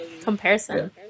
comparison